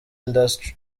industry